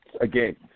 again